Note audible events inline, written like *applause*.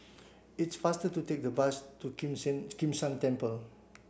it's faster to take a bus to Kim *unintelligible* Kim San Temple